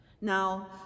Now